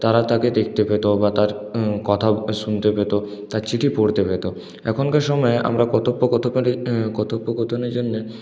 তারা তাকে দেখতে পেতো বা তার কথা শুনতে পেতো তার চিঠি পড়তে পেতো এখনকার সময় আমরা কথোপকথনের কথোপকথনের জন্যে